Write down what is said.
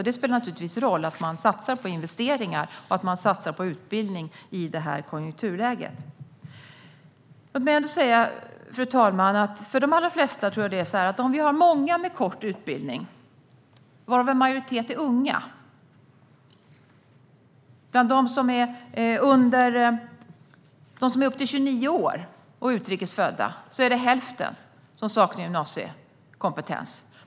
Det spelar naturligtvis roll att man satsar på investeringar och utbildning i detta konjunkturläge. Fru talman! Låt mig ändå säga detta: Vi har många med kort utbildning varav en majoritet är unga. Bland dem som är upp till 29 år och är utrikes födda är det hälften som saknar gymnasiekompetens.